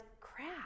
crap